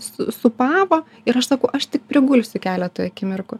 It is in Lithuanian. su sūpavo ir aš sakau aš tik prigulsiu keletui akimirkų